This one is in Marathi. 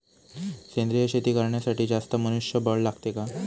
सेंद्रिय शेती करण्यासाठी जास्त मनुष्यबळ लागते का?